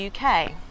UK